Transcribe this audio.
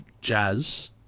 jazz